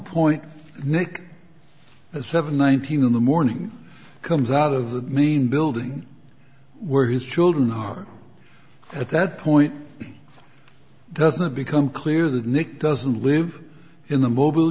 point seven nineteen in the morning comes out of the main building where his children are at that point does it become clear that nick doesn't live in the mobile